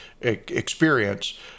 experience